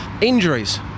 injuries